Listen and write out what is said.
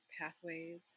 pathways